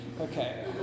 Okay